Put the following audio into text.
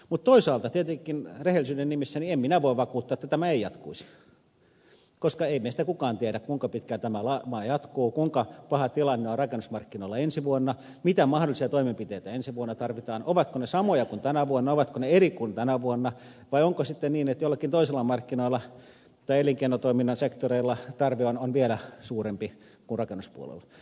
mutta toisaalta tietenkään rehellisyyden nimissä en minä voi vakuuttaa että tämä ei jatkuisi koska ei meistä kukaan tiedä kuinka pitkään tämä lama jatkuu kuinka paha tilanne on rakennusmarkkinoilla ensi vuonna mitä mahdollisia toimenpiteitä ensi vuonna tarvitaan ovatko ne samoja kuin tänä vuonna ovatko ne eri kuin tänä vuonna vai onko sitten niin että jollakin toisilla markkinoilla tai elinkeinotoiminnan sektoreilla tarve on vielä suurempi kuin rakennuspuolella